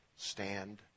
Stand